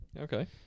Okay